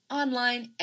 online